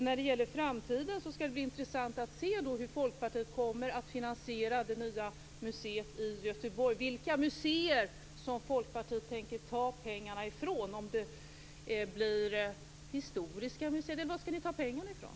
När det gäller framtiden skall det bli intressant att se hur Folkpartiet kommer att finansiera det nya museet i Göteborg och vilka museer Folkpartiet tänker ta pengarna från. Blir det Historiska museet, eller? Var skall ni ta pengarna från?